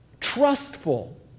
Trustful